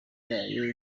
yayo